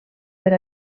per